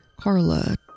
Carla